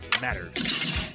matters